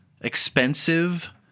expensive